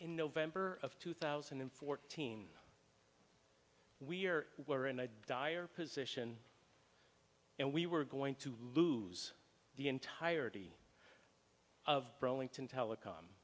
in november of two thousand and fourteen we're were in a dire position and we were going to lose the entirety of burlington telecom